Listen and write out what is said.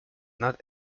not